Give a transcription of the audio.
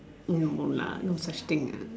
no lah no such thing uh